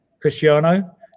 Cristiano